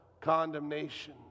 condemnation